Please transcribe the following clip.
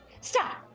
stop